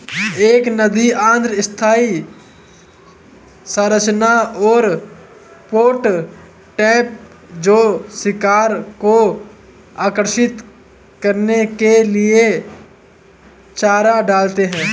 एक नदी अर्ध स्थायी संरचना और पॉट ट्रैप जो शिकार को आकर्षित करने के लिए चारा डालते हैं